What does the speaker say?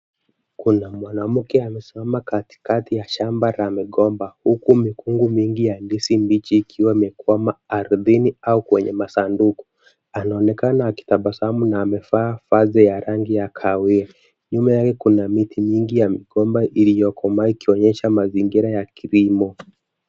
Kuna mwanamke amesimama katikati ya shamba la migomba, huku mikungu mingi ya ndizi mbichi ikiwa imekwama ardhini na kwenye masanduku. Anaonekana akitabasamu na amevaa vazi ya rangi ya kahawia. Nyuma yake kuna miti mingi ya migomba iliyokomaa, kuonyesha mazingira ya kilimo.